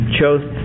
chose